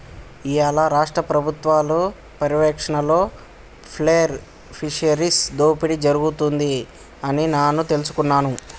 ఇయ్యాల రాష్ట్ర పబుత్వాల పర్యారక్షణలో పేర్ల్ ఫిషరీస్ దోపిడి జరుగుతుంది అని నాను తెలుసుకున్నాను